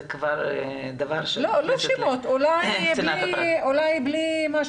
זה לא יכול להיות מפאת צנעת הפרט.